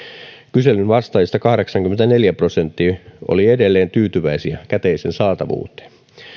kyselyyn vastaajista kahdeksankymmentäneljä prosenttia oli edelleen tyytyväisiä käteisen saatavuuteen